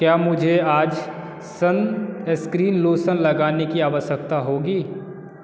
क्या मुझे आज सनएस्क्रीन लोशन लगाने की आवश्यकता होगी